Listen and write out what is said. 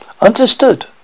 Understood